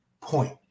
point